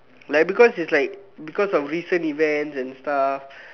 like because is like because of recent events and stuff